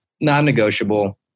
non-negotiable